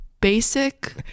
Basic